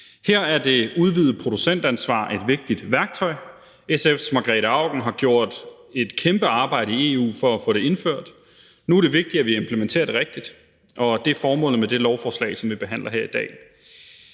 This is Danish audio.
Her er det udvidede producentansvar et vigtigt værktøj. SF's Margrete Auken har gjort et kæmpe arbejde i EU for at få det indført, og nu er det vigtigt, at vi implementerer det rigtigt, og det er formålet med det lovforslag, som vi behandler her i dag.